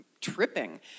tripping